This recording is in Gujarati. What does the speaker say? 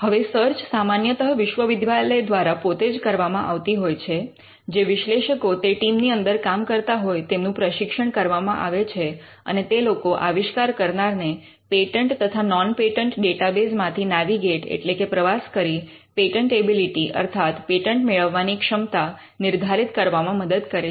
હવે સર્ચ સામાન્યતઃ વિશ્વવિદ્યાલય દ્વારા પોતે જ કરવામાં આવતી હોય છે જે વિશ્લેષકો તે ટીમની અંદર કામ કરતા હોય તેમનું પ્રશિક્ષણ કરવામાં આવે છે અને તે લોકો આવિષ્કાર કરનારને પેટન્ટ તથા નૉન પેટન્ટ ડેટાબેઝ માંથી નૅવિગેટ એટલે કે પ્રવાસ કરી પેટન્ટેબિલિટી અર્થાત પેટન્ટ મેળવવાની ક્ષમતા નિર્ધારિત કરવામાં મદદ કરે છે